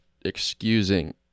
excusing